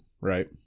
Right